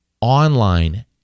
online